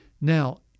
Now